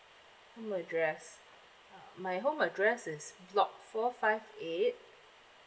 home address my home address is block four five eight